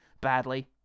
Badly